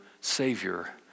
savior